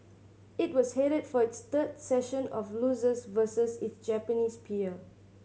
it was headed for its third session of losses versus its Japanese peer